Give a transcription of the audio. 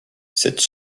cette